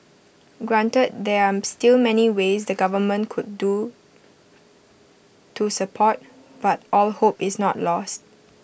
granted there are still many ways the government could do to support but all hope is not lost